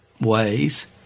ways